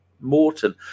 Morton